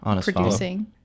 producing